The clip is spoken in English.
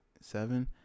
seven